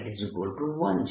1 છે